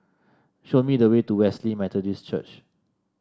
show me the way to Wesley Methodist Church